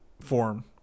form